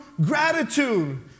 gratitude